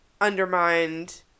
undermined